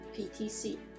PTC